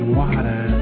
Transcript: water